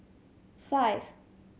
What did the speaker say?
five